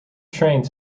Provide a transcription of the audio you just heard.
trained